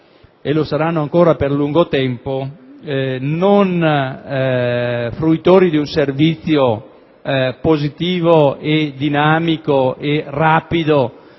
e lo saranno purtroppo per lungo tempo - non dei fruitori di un servizio positivo, dinamico e rapido